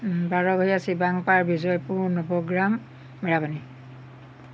শিৱাংকাৰ Bijoypur Nowgram Merapani